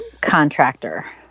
contractor